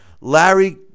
Larry